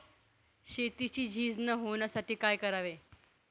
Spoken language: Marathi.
शेतीची झीज न होण्यासाठी काय करावे?